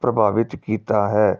ਪ੍ਰਭਾਵਿਤ ਕੀਤਾ ਹੈ